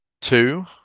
Two